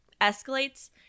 escalates